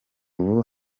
ubu